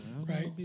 Right